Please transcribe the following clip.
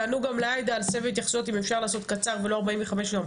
תענו גם לעאידה על סבב התייחסויות אם אפשר לעשות קצר ולא 45 יום,